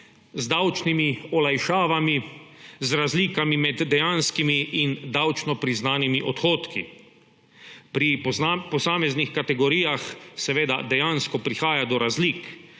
z davčnimi olajšavami, z razlikami med dejanskimi in davčno priznanimi odhodki. Pri posameznih kategorijah seveda dejansko prihaja do razlik,